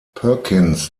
perkins